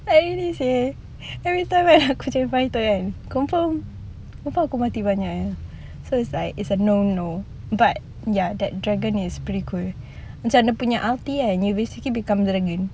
like real seh everytime aku jadi fighter kan confirm confirm aku mati banyak so it's like a no no but ya that dragon is pretty good macam dia punya ulti kan you basically become dragon